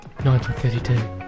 1932